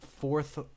fourth